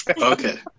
Okay